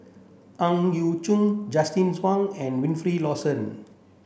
Ang Yau Choon Justin Zhuang and Wilfed Lawson